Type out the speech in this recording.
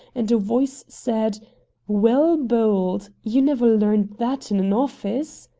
and a voice said well bowled! you never learned that in an office.